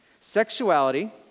Sexuality